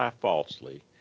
falsely